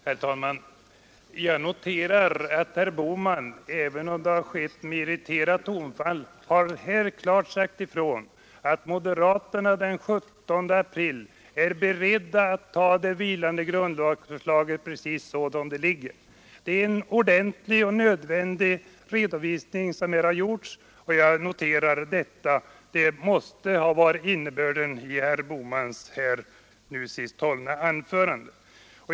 Herr talman! Jag noterar att herr Bohman, även om det har skett med irriterat tonfall, här klart har sagt att moderaterna är beredda att den 17 april ta det vilande grundlagsförslaget precis som det föreligger. Det är en klargörande och nödvändig redovisning som därmed gjorts — det måste ha varit innebörden av herr Bohmans senast hållna anförande.